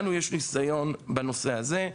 לנו יש ניסיון בנושא הזה.